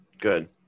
Good